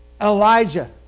Elijah